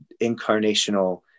incarnational